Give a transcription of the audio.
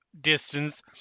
distance